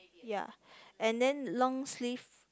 ya and then long sleeve